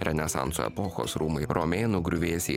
renesanso epochos rūmai romėnų griuvėsiai